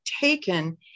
taken